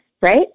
right